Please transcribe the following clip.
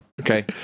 Okay